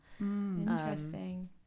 Interesting